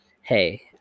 Hey